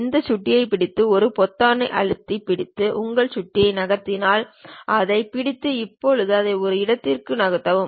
அந்த சுட்டியைப் பிடித்து அந்த பொத்தானை அழுத்திப் பிடித்து உங்கள் சுட்டியை நகர்த்தி அதைப் பிடித்து இப்போது அதை ஒரு இடத்திற்கு நகர்த்தவும்